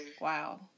Wow